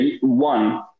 one